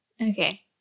Okay